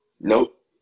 Nope